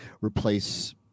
replace